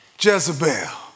Jezebel